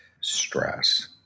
stress